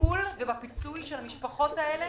לטיפול ולפיצוי של המשפחות האלה